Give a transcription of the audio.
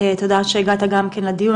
תודה שהגעת גם כן לדיון.